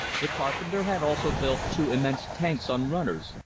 the carpenter had also built two immense tanks on runners,